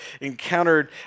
encountered